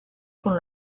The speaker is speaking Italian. con